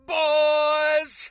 boys